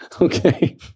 Okay